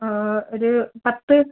ഒരു പത്ത്